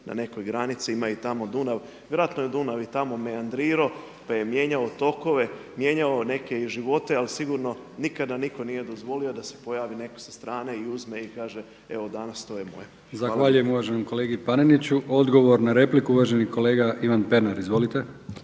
na nekoj granici, ima i tamo Dunav. Vjerojatno je Dunav i tamo mehandrirao, pa je mijenjao tokove, mijenjao neke i živote, ali sigurno nikada nitko nije dozvolio da se pojavi netko sa strane i uzme i kaže evo danas to je moje. **Brkić, Milijan (HDZ)** Zahvaljujem uvaženom kolegi Paneniću. Odgovor na repliku, uvaženi kolega Ivan Pernar. Izvolite.